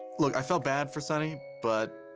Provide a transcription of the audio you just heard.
look, i felt bad for sonny, but.